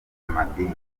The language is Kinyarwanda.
madini